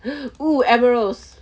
oh emeralds